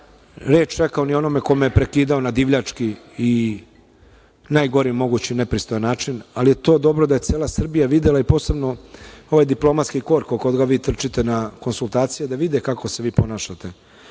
reč rekao onome ko me je prekidao na divljački i najgori mogući nepristojan način, ali je dobro da je to cela Srbija videla, posebno ovaj diplomatski kod koga trčite na konsultacije, da vide kako se ponašate.